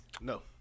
No